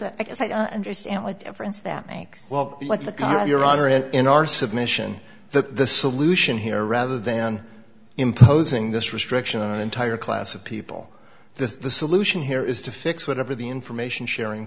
and in our submission the solution here rather than imposing this restriction on an entire class of people the solution here is to fix whatever the information sharing